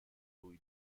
روی